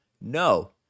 No